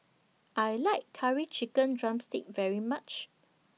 I like Curry Chicken Drumstick very much